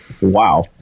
wow